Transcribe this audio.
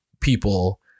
people